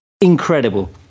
Incredible